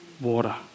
water